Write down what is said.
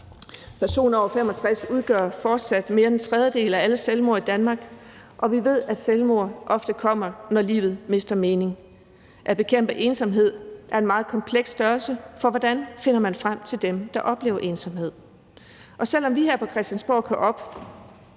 Personer over 65 år udgør fortsat mere end en tredjedel af alle selvmord i Danmark, og vi ved, at selvmord ofte kommer, når livet mister mening. At bekæmpe ensomhed er en meget kompleks størrelse, for hvordan finder man frem til dem, der oplever ensomhed? Og selv om vi her på Christiansborg nok